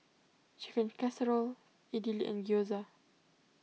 Chicken Casserole Idili and Gyoza